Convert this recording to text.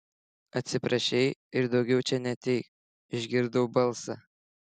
atsiprašei ir daugiau čia neateik išgirdau balsą